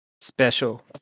special